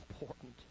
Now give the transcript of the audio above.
important